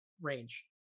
range